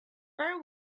very